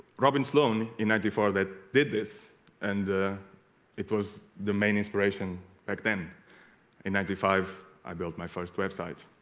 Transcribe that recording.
robin sloane in ninety four that did this and it was the main inspiration back then in ninety five i built my first website